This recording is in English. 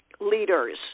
leaders